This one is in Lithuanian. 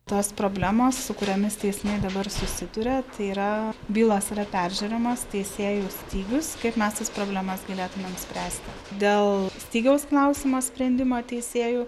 tos problemos su kuriomis teismai dabar susiduria tai yra bylos yra peržiūrimas teisėjų stygius kaip mes tas problemas galėtumėme spręsti dėl stygiaus klausimas sprendimą teisėjų